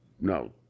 no